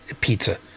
pizza